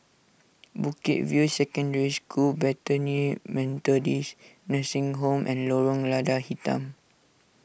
Bukit View Secondary School Bethany Methodist Nursing Home and Lorong Lada Hitam